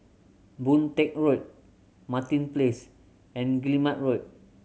Boon Teck Road Martin Place and Guillemard Road